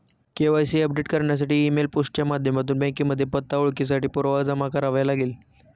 KYC update करण्यासाठी email, post च्या माध्यमातून बँकेमध्ये पत्ता, ओळखेसाठी पुरावा जमा करावे लागेल